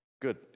good